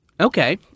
Okay